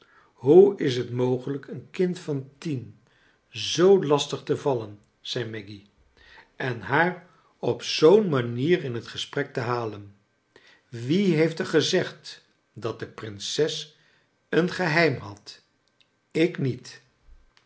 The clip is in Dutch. hoe is t mogelijk een kind van tien jaar zoo lastig te vallen zei maggy en haar op zoo'n manier in het gesprek te halen avie heeft er gezegd dat de prinses een geheim had ik niet